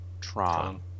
Tron